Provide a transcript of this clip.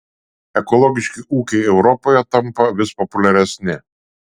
ekologiški ūkiai europoje tampa vis populiaresni